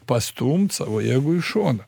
pastumt savo ego į šoną